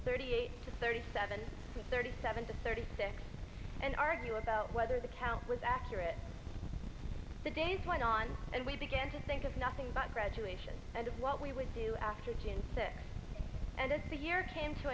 thirty eight thirty seven thirty seven thirty six and argue about whether the count was accurate the days went on and we began to think of nothing but graduation and what we would do after the end of the year came to